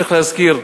צריך להזכיר,